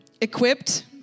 equipped